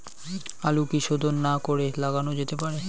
আলু কি শোধন না করে লাগানো যেতে পারে?